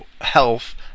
health